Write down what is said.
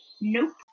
Nope